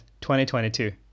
2022